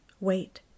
Wait